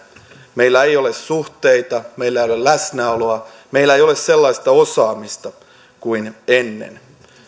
meillä ei ole suhteita meillä ei ole läsnäoloa meillä ei ole sellaista osaamista kuin ennen